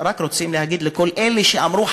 אנחנו רק רוצים להגיד לכל אלה שאמרו: